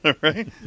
right